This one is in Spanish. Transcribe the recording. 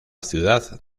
ciudad